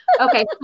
okay